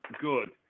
Good